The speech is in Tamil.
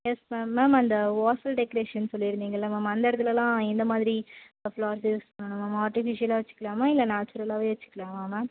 எஸ் மேம் மேம் அந்த வாசல் டெக்கரேஷன் சொல்லிருந்தீங்கல்ல மேம் அந்த இடத்துலலாம் எந்த மாதிரி ஃப்ளார்ஸ் யூஸ் பண்ணணும் மேம் ஆர்டிஃபிஷியலா வெச்சுக்கிலாமா இல்லை நேச்சுரலாகவே வெச்சுக்கிலாமா மேம்